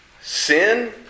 sin